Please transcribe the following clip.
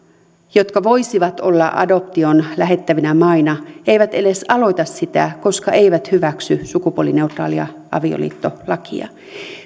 jotka voisivat olla adoptioon lähettävinä maina eivät edes aloita sitä koska eivät hyväksy sukupuolineutraalia avioliittolakia